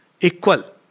Equal